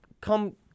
come